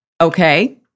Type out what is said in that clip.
Okay